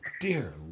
dear